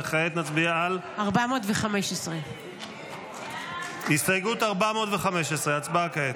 וכעת נצביע על הסתייגות 415. הצבעה כעת.